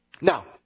Now